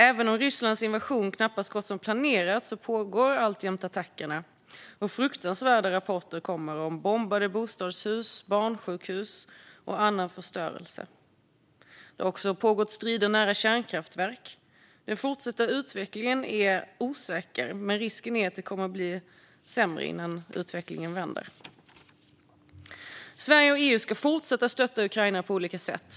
Även om Rysslands invasion knappast gått som planerat pågår alltjämt attackerna, och fruktansvärda rapporter kommer om bombade bostadshus, barnsjukhus och annan förstörelse. Det har också pågått strider nära kärnkraftverk. Den fortsatta utvecklingen är osäker, men risken är att det kommer att bli sämre innan utvecklingen vänder. Sverige och EU ska fortsätta att stötta Ukraina på olika sätt.